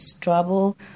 trouble